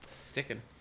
sticking